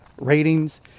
ratings